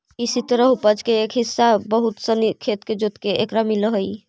इसी तरह उपज के एक हिस्सा बहुत सनी खेत के जोतके एकरा मिलऽ हइ